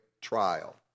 trial